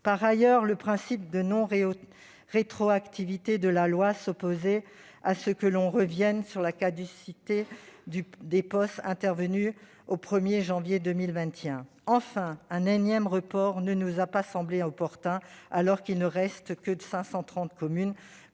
Par ailleurs, le principe de non-rétroactivité de la loi s'opposait à ce que l'on revienne sur la caducité des POS intervenue au 1 janvier 2021. Enfin, un énième report ne nous a pas semblé opportun, alors qu'il ne reste que 530 communes